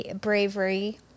bravery